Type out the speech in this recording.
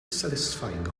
satisfying